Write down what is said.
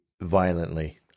violently